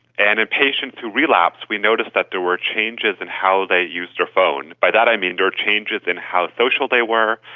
and in patients who relapsed we noticed that there were changes in how they used their phone. by that i mean there were changes in how social they were,